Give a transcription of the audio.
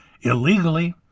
illegally